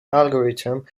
algorithm